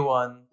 one